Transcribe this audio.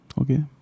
okay